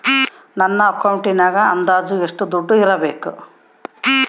ನನ್ನ ಅಕೌಂಟಿನಾಗ ಅಂದಾಜು ಎಷ್ಟು ದುಡ್ಡು ಇಡಬೇಕಾ?